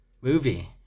movie